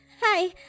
Hi